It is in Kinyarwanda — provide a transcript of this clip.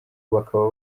bakaba